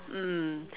mm